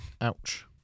Ouch